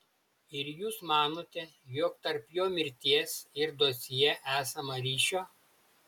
ir jūs manote jog tarp jo mirties ir dosjė esama ryšio